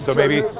so maybe.